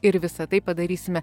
ir visa tai padarysime